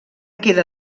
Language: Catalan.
queda